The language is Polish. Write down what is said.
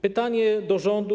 Pytanie do rządu.